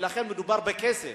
ולכן מדובר בכסף.